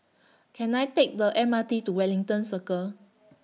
Can I Take The M R T to Wellington Circle